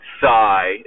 sigh